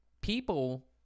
people –